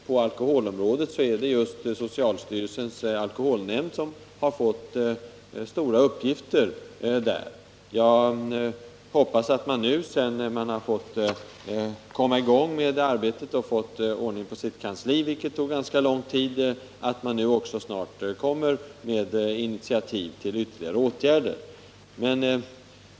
På alkoholområdet har socialstyrelsens alkoholnämnd fått stora uppgifter i det sammanhanget. Jag hoppas, att nämnden nu, sedan den har fått komma i gång med sitt arbete och fått ordning på sitt kansli — vilket tog ganska lång tid — också snart kommer med initiativ till ytterligare åtgärder.